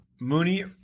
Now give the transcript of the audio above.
Mooney